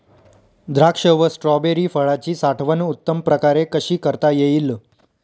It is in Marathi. द्राक्ष व स्ट्रॉबेरी फळाची साठवण उत्तम प्रकारे कशी करता येईल?